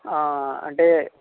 అంటే